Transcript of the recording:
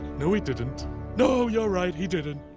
no he didn't no, you're right, he didn't.